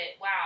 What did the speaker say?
wow